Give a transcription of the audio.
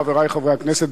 חברי חברי הכנסת,